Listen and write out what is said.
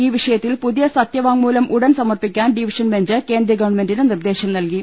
ഈ വിഷയത്തിൽ പുതിയ സത്യവാങ് മൂലം ഉടൻ സമർപ്പിക്കാൻ ഡിവിഷൻ ബെഞ്ച് കേന്ദ്രഗവൺമെന്റിന് നിർദേശം നൽകി